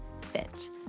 fit